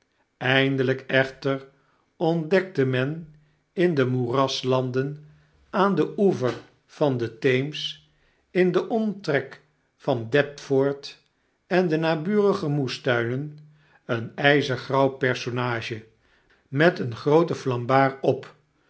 eindelyk echter ontdekte men in de moeraslanden aan den oever van den theems in den omtrek van d e p t f o r t en de naburige moestuinen een yzergrauw personage met een grooten flambard op